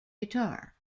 guitar